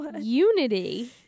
unity